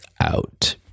out